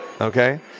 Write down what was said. okay